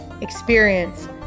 experience